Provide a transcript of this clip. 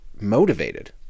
motivated